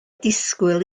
disgwyl